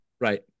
Right